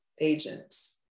agents